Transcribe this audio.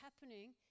happening